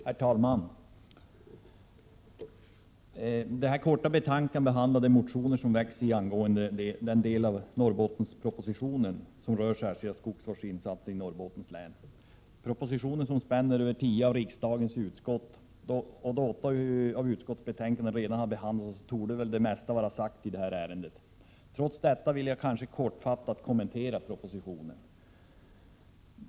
Herr talman! Detta korta betänkande behandlar den del av Norrbottenspropositionen som rör ”Särskilda skogsvårdsinsatser i Norrbottens län” och de motioner som väckts med anledning av denna. Propositionen spänner över tio av riksdagens utskott. Då åtta utskottsbetänkanden redan har behandlats torde det mesta redan vara sagt i detta ämne. Trots det vill jag ändå kortfattat kommentera propositionen.